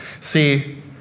See